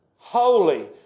Holy